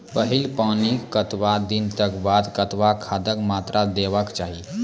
पहिल पानिक कतबा दिनऽक बाद कतबा खादक मात्रा देबाक चाही?